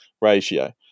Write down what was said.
ratio